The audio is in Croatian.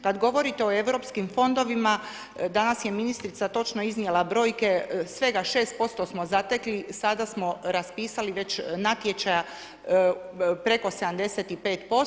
Kad govorite o Europskim fondovima, danas je ministrica točno iznijela brojke, svega 6% smo zatekli, sada smo raspisali natječaja preko 75%